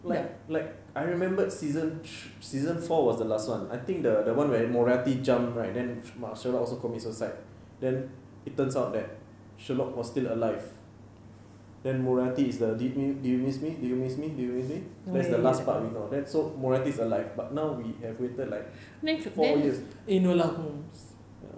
like like I remembered seasons season three season four was the last one I think the one where murati jump right then it's marshall also commit suicide then it turns out that sherlock was still alive then murati is the did you miss me did you miss me that's the last part you know that so murati is alive but now we have waited like four years